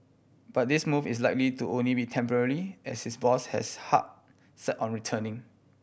but this move is likely to only be temporary as his boss has heart set on returning